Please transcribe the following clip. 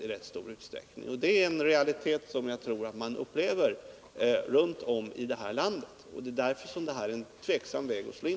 Detta är en realitet som jag tror att man upplever runt om i detta land, och det är därför som detta är en tvivelaktig väg att slå in